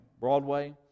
Broadway